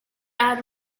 are